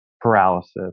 paralysis